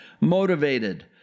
motivated